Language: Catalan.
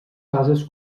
fases